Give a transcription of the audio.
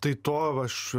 tai to aš